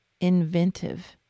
inventive